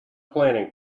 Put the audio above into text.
planning